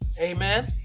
Amen